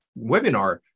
webinar